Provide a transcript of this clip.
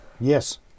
yes